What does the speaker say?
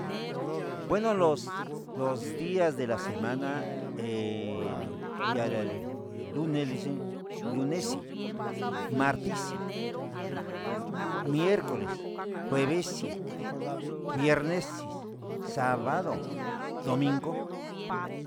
Bueno los los dias de la semana el diare el lunes le dicen, lunexi, martexi, miercoles, juevexi, viernexi, sabado, domingo.